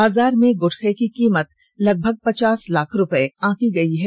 बाजार में गूटखे की कीमत लगभग अस्सी लाख रुपए आंकी गई है